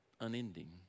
unending